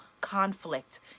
conflict